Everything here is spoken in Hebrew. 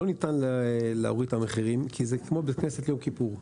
לא ניתן להוריד את המחירים כי זה כמו בית כנסת ליום כיפור.